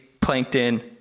Plankton